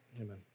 amen